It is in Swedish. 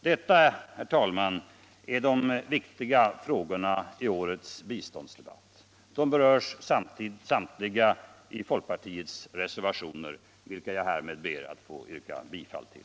Det är deta, herr talman, som är de viktiga frågorna i årets biståndsdebatt. De berörs samtliga i folkpartiets reservationer, vilka jag härmed ber alu få yrka bifall till.